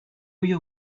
you